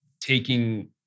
taking